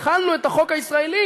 החלנו את החוק הישראלי